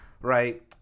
Right